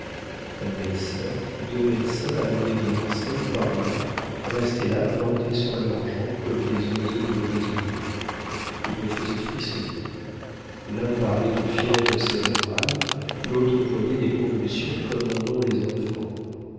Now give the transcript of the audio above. un médecin deux médecins amenés de marseille par louis restaient là plantés sur leurs jambes comme des oiseaux de mauvais augure ils me faisaient frissonner l'un parlait de fièvre cérébrale l'autre voyait des convulsions comme en ont les enfants